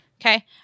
Okay